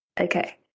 Okay